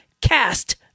Cast